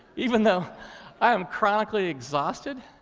even though i am chronically exhausted,